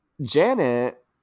Janet